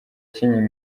kinyinya